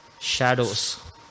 shadows